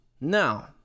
Now